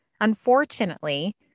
unfortunately